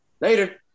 later